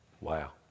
Wow